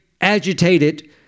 agitated